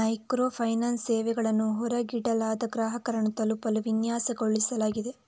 micro finance ಸೇವೆಗಳನ್ನು ಹೊರಗಿಡಲಾದ ಗ್ರಾಹಕರನ್ನು ತಲುಪಲು ವಿನ್ಯಾಸಗೊಳಿಸಲಾಗಿದೆ